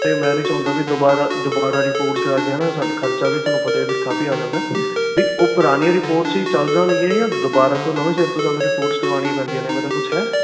ਅਤੇ ਮੈਂ ਨੀ ਚਾਹੁੰਦਾ ਵੀ ਦੁਬਾਰਾ ਦੁਬਾਰਾ ਰਿਪੋਰਟਸ ਕਰਾ ਕੇ ਹੈ ਨਾ ਸਾਡਾ ਖਰਚਾ ਵੀ ਤੁਹਾਨੂੰ ਪਤਾ ਹੀ ਹੈ ਫਿਰ ਕਾਫ਼ੀ ਆ ਜਾਂਦਾ ਵੀ ਉਹ ਪੁਰਾਣੀਆਂ ਰਿਪੋਰਟਸ ਹੀ ਚੱਲ ਜਾਣਗੀਆਂ ਜਾਂ ਦੁਬਾਰਾ ਤੋਂ ਨਵੇਂ ਸਿਰੇ ਤੋਂ ਸਾਨੂੰ ਰਿਪੋਰਟਸ ਕਰਵਾਉਣੀਆਂ ਪੈਂਦੀਆਂ ਨੇ ਐਂਵੇ ਦਾ ਕੁਛ ਹੈ